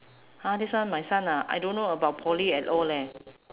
!huh! this one my son ah I don't know about poly at all leh